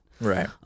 Right